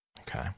Okay